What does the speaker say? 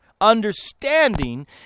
Understanding